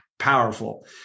powerful